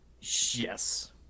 Yes